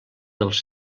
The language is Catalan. dels